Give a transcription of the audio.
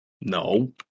No